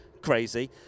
crazy